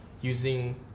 using